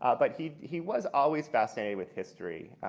ah but he he was always fascinated with history.